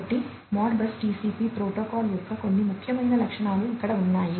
కాబట్టి Modbus TCP protocol యొక్క కొన్ని ముఖ్యమైన లక్షణాలు ఇక్కడ ఉన్నాయి